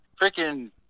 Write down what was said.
Freaking